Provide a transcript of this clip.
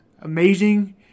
amazing